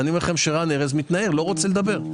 רן ארז מתנער, לא רוצה לדבר.